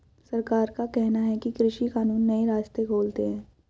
सरकार का कहना है कि कृषि कानून नए रास्ते खोलते है